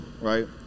right